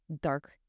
dark